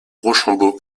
rochambeau